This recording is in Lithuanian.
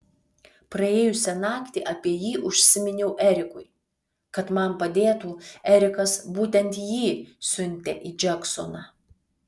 praėjusią naktį apie jį užsiminiau erikui kad man padėtų erikas būtent jį siuntė į džeksoną